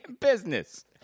business